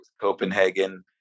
Copenhagen